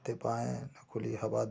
दे पाये हैं ना खुली हवा दे पाए हैं